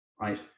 right